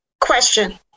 question